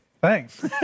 Thanks